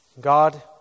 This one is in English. God